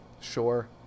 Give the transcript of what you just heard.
sure